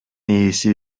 ээси